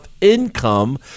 income